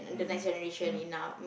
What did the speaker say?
mmhmm mm